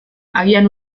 agian